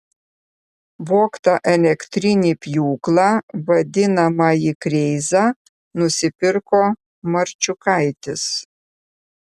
vogtą elektrinį pjūklą vadinamąjį kreizą nusipirko marčiukaitis